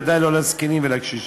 וודאי לא לזקנים ולקשישים.